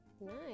nice